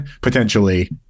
potentially